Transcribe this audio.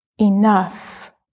enough